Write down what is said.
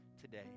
today